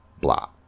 Blah